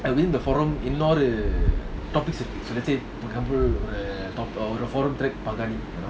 and within the forum எல்லாம்ஒரு:ellam oru topics வச்சி:vachi so let's say forum